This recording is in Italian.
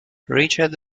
richard